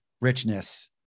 richness